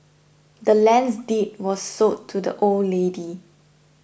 the land's deed was sold to the old lady